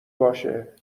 باشه